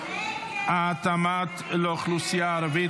התאמות לאוכלוסייה הערבית,